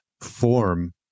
form